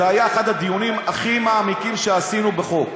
זה היה אחד הדיונים הכי מעמיקים שעשינו בחוק.